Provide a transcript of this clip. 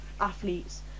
athletes